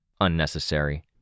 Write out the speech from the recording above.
Unnecessary